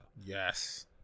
Yes